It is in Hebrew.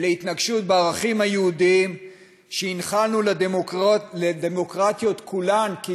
ולהתנגשות עם הערכים היהודיים שהנחלנו לדמוקרטיות כולן,